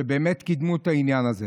שבאמת קידמו את העניין הזה.